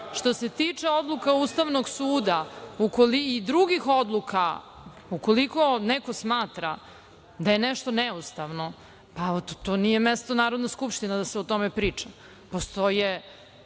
se tiče odluka Ustavnog suda i drugih odluka, ukoliko neko smatra da je nešto neustavno, to nije mesto u Narodnoj skupštini da se o tome priča.